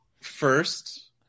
first